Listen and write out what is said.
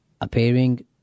appearing